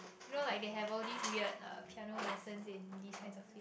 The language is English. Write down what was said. you know like they have all these weird uh piano lessons in these kinds of place